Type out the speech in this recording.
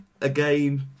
again